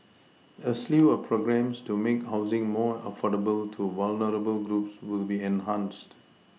a slew of programmes to make housing more affordable to vulnerable groups will be enhanced